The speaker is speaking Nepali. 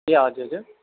ए हजुर हजुर